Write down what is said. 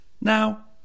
Now